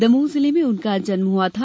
दमोह जिले में उनका जन्म हुआ था